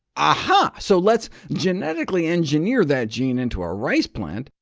aha! so let's genetically engineer that gene into a rice plant,